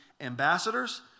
ambassadors